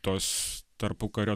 tos tarpukario